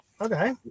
Okay